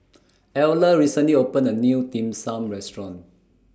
Eller recently opened A New Dim Sum Restaurant